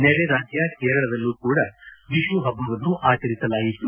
ನೆರೆ ರಾಜ್ಯ ಕೇರಳದಲ್ಲೂ ಕೂಡಾ ವಿಶು ಹಬ್ಬವನ್ನು ಆಚರಿಸಲಾಯಿತು